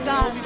God